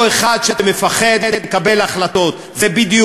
אם האופוזיציה הייתה מוותרת על שלוש שעות זכות דיבור